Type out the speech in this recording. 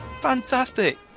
Fantastic